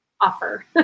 offer